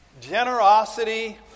Generosity